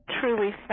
truly